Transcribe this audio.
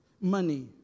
money